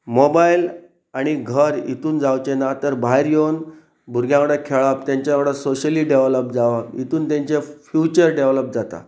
mobile आनी घर हितून जावचे ना तर भायर येवन भुरग्यां वांगडा खेळप तेंच्या वांगडा सोशली डेवलोप जावप हितून तेंचे फ्युचर डेवलोप जाता